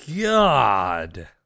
God